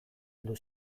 heldu